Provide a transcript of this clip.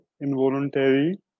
involuntary